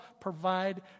provide